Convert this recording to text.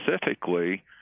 specifically